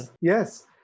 Yes